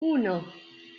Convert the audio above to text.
uno